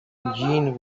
jean